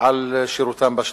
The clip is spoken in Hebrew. על שירותם בשטחים.